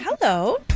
Hello